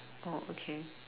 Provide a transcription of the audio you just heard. oh okay